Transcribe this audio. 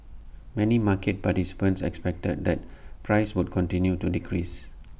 many market participants expected that prices would continue to decrease